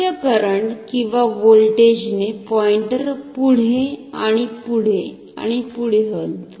उच्च करंट किंवा व्होल्टेज ने पॉईंटर पुढे आणि पुढे आणि पुढे हलतो